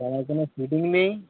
জামার কোনো ফিটিং নেই